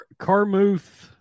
Carmuth